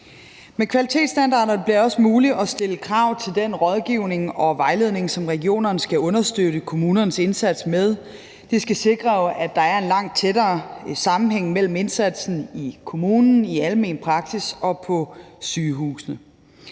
Med kvalitetsstandarderne bliver det også muligt at stille krav til den rådgivning og vejledning, som regionerne skal understøtte kommunernes indsats med. Det skal sikre, at der er en langt tættere sammenhæng mellem indsatsen i kommunen i almen praksis og på sygehusene.